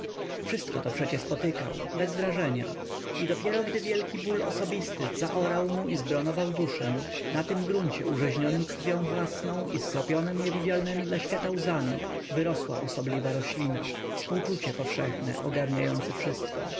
wszystko to przecie spotykał bez wrażenia i dopiero gdy wielki ból osobisty zaorał mu i zbronował duszę na tym gruncie użyźnionym krwią własną i skropionym niewidzialnemi dla świata łzami wyrosła osobliwa roślina współczucie powszechne ogarniające wszystko